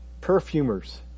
Perfumers